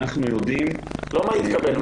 לא מה יתקבל.